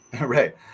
Right